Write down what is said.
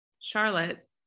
Charlotte